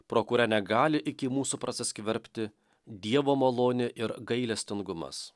pro kurią negali iki mūsų prasiskverbti dievo malonė ir gailestingumas